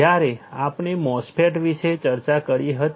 જ્યારે આપણે MOSFET વિશે ચર્ચા કરી હતી